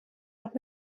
auch